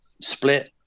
split